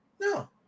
No